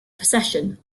procession